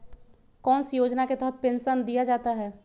कौन सी योजना के तहत पेंसन दिया जाता है?